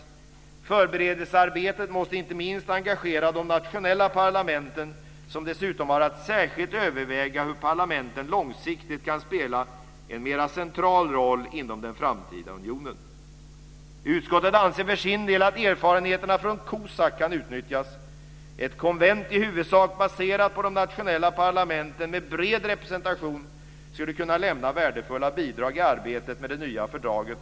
Förberedelsearbetet måste inte minst engagera de nationella parlamenten, som dessutom har att särskilt överväga hur parlamenten långsiktigt kan spela en mera central roll inom den framtida unionen. Utskottet anser för sin del att erfarenheterna från COSAC kan utnyttjas. Ett konvent i huvudsak baserat på de nationella parlamenten med bred representation skulle kunna lämna värdefulla bidrag i arbetet med det nya fördraget.